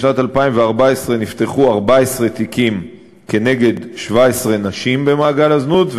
בשנת 2014 נפתחו 14 תיקים כנגד 17 נשים במעגל הזנות,